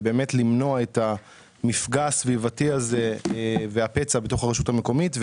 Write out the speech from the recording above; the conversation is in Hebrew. ולמנוע את המפגע הסביבתי הזה ואת הפצע בתוך הרשות המקומית,